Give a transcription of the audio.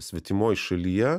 svetimoj šalyje